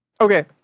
Okay